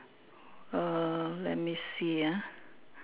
err let me see ah